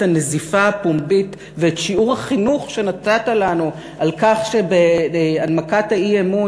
את הנזיפה הפומבית ואת שיעור החינוך שנתת לנו על כך שבהנמקת האי-אמון